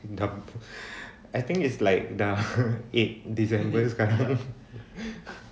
dah I think it's like dah eight december coming